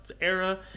era